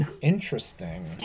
Interesting